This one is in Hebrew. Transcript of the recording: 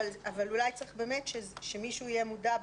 אולי צריך באמת שמישהו יהיה מודע,